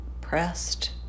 pressed